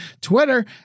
Twitter